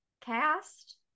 cast